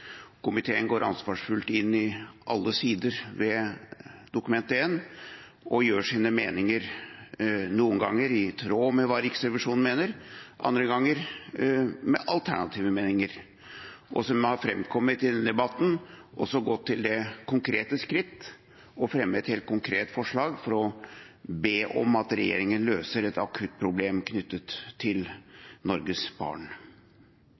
Komiteen går ansvarsfullt inn i alle sider ved Dokument 1 og gjør seg opp meninger, noen ganger i tråd med hva Riksrevisjonen mener, andre ganger med alternative meninger, og den har – som det har framkommet i denne debatten – også gått til det skritt å fremme et helt konkret forslag om å be regjeringen løse et akutt problem knyttet til Norges barn.